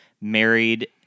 married